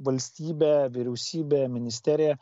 valstybė vyriausybė ministerija